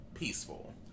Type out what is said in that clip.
peaceful